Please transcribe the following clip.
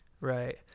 Right